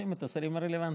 ושולחים את השרים הרלוונטיים.